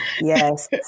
Yes